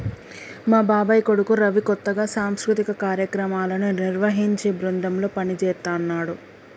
మా బాబాయ్ కొడుకు రవి కొత్తగా సాంస్కృతిక కార్యక్రమాలను నిర్వహించే బృందంలో పనిజేత్తన్నాడు